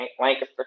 Lancaster